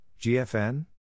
GFN